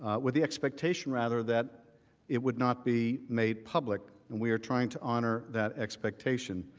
ah with the expectation rather, that it will not be made public. and we are trying to honor that expectation.